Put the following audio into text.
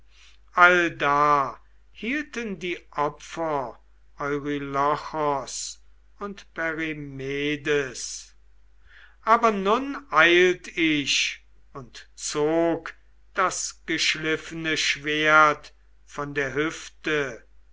allda hielten die opfer eurylochos und perimedes aber nun eilt ich und zog das geschliffene schwert von der hüfte